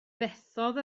fethodd